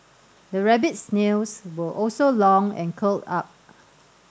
the rabbit's nails were also long and curled up